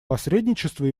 посредничество